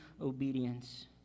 obedience